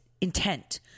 intent